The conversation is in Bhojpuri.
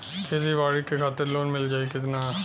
खेती बाडी के खातिर लोन मिल जाई किना?